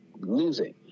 losing